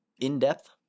in-depth